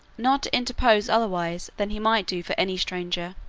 not to interpose otherwise than he might do for any stranger.